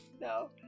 no